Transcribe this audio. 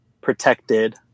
protected